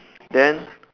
then